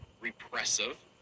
repressive